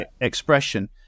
expression